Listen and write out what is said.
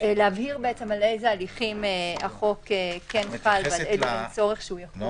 להבהיר על איזה הליכים החוק כן חל ועל איזה אין צורך שהוא יחול.